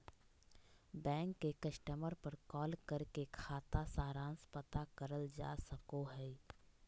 bank के customer पर call करके खाता सारांश पता करल जा सको हय